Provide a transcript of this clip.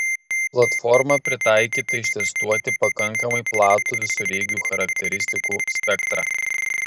platforma pritaikyta ištestuoti pakankamai platų visureigių charakteristikų spektrą